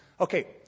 Okay